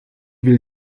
will